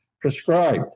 prescribed